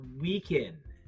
weaken